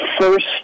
first